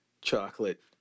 chocolate